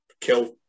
kill